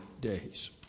days